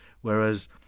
whereas